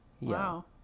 wow